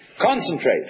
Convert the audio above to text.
Concentrate